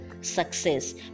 success